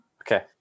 Okay